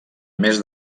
més